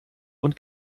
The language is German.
und